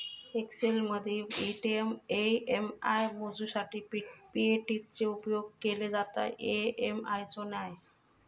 एक्सेलमदी ई.एम.आय मोजूच्यासाठी पी.ए.टी चो उपेग केलो जाता, ई.एम.आय चो नाय